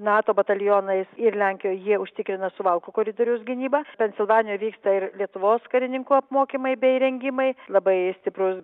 nato batalionais ir lenkijoj jie užtikrina suvalkų koridoriaus gynybą pensilvanijoj vyksta ir lietuvos karininkų apmokymai bei įrengimai labai stiprus